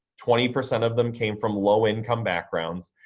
twenty percent of them came from low-income backgrounds,